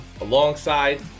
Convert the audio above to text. alongside